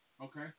Okay